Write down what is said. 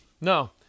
no